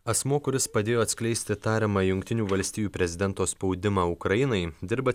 asmuo kuris padėjo atskleisti tariamą jungtinių valstijų prezidento spaudimą ukrainai dirba